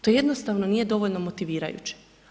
To jednostavno nije dovoljno motivirajuće.